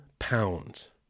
Pounds